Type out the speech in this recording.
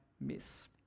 miss